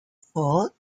four